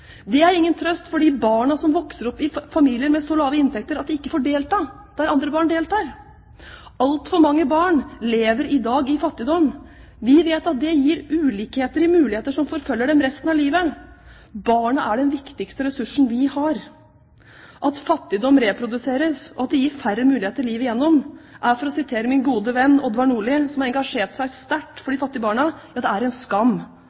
Det er ingen trøst for de barna som vokser opp i familier med så lave inntekter at de ikke får delta der andre barn deltar. Altfor mange barn lever i dag i fattigdom. Vi vet at det gir ulikheter i forhold til muligheter, noe som forfølger dem resten av livet. Barna er den viktigste ressursen vi har. Det at fattigdom reproduseres, og at det gir færre muligheter livet igjennom, er – for å sitere min gode venn Odvar Nordli, som har engasjert seg sterkt for de fattige barna – en skam.